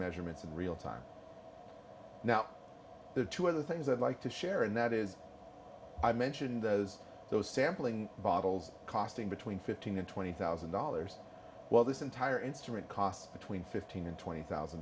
measurements in real time now there are two other things i'd like to share and that is i mentioned those those sampling bottles costing between fifteen and twenty thousand dollars well this entire instrument cost between fifteen and twenty thousand